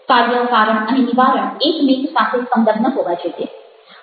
કાર્ય કારણ અને નિવારણ એક મેક સાથે સંલગ્ન હોવા જોઈએ